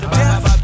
death